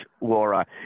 Laura